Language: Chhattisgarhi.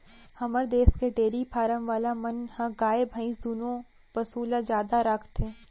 हमर देस के डेरी फारम वाला मन ह गाय भईंस दुनों पसु ल जादा राखथें